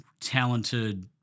talented